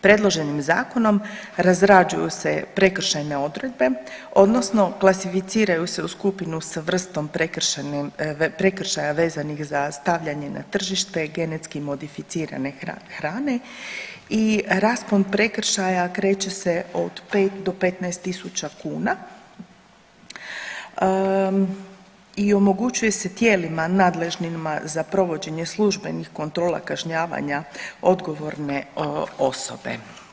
Predloženim zakonom razrađuju se prekršajne odredbe odnosno klasificiraju se u skupinu sa vrstom prekršaja vezanih za stavljanje na tržište genetski modificirane hrane i raspon prekršaja kreće se od 5-15.000 kuna i omogućuje se tijelima nadležnima za provođenje službenih kontrola kažnjavanja odgovorne osobe.